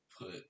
put